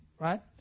right